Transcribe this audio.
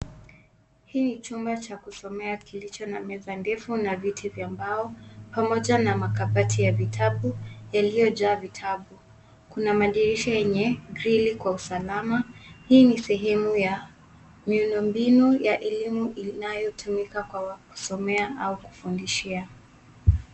Hili chumba cha kusomea kilicho na meza ndefu na viti vya mbao pamoja na makabati ya vitabu yaliyojaa vitabu. Kuna madirisha yenye grili kwa usalama, hii ni sehemu ya miundo mbinu ya elimu inayotumika kwa kusomea au kufundisha.